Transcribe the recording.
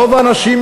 רוב האנשים,